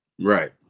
Right